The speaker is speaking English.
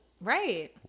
right